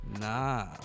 Nah